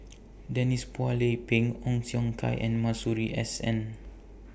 Denise Phua Lay Peng Ong Siong Kai and Masuri S N